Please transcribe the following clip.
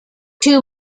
two